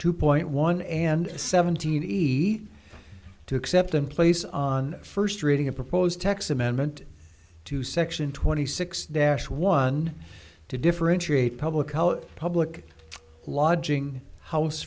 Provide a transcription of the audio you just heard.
two point one and seventeen easy to accept in place on first reading a proposed tax amendment to section twenty six dash one to differentiate public public lodging house